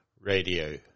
Radio